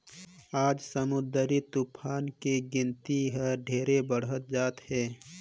आज समुददरी तुफान के गिनती हर ढेरे बाढ़त जात हे